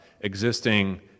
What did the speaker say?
existing